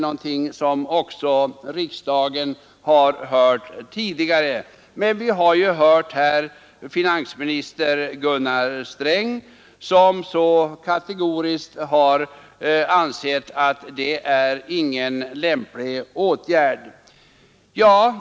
Men vi har även hört finansminister Gunnar Sträng kategoriskt säga att det inte är någon lämplig åtgärd.